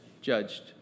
judged